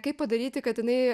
kaip padaryti kad jinai